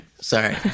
Sorry